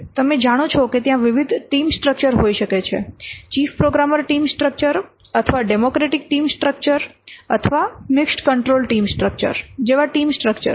તમે જાણો છો કે ત્યાં વિવિધ ટીમ સ્ટ્રક્ચર હોઈ શકે છે ચીફ પ્રોગ્રામર ટીમ સ્ટ્રક્ચર અથવા ડેમોક્રેટિક ટીમ સ્ટ્રક્ચર અથવા મિક્સ કંટ્રોલ ટીમ સ્ટ્રક્ચર જેવા ટીમ સ્ટ્રક્ચર્સ